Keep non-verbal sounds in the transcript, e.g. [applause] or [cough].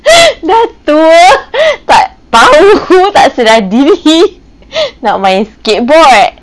[laughs] dah tua tak tahu tak sedar diri nak main skateboard